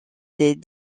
des